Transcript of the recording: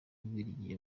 bubiligi